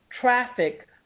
traffic